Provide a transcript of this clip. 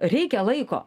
reikia laiko